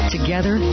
Together